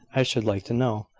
i should like to know!